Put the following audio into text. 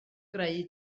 greu